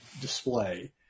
display